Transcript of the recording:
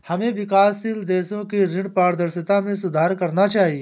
हमें विकासशील देशों की ऋण पारदर्शिता में सुधार करना चाहिए